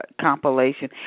compilation